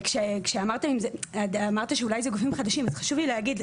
וכשאמרת שאולי זה גופים חדשים אז חשוב לי להגיד,